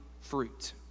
fruit